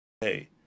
Hey